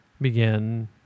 begin